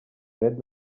dret